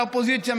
מהאופוזיציה,